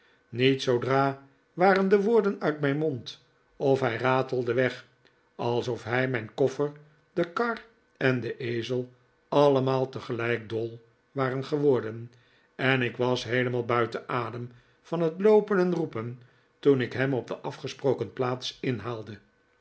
niet zoodra waren de woorden uit mijn mond of hij ratelde weg alsof hij mijn koffer de kar en de ezel allemaal tegelijk dol waren geworden en ik was heelemaal buiten adem van het loopen en roepen toen ik hem op de afgesproken plaats inhaalde